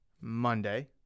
Monday